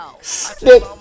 Stick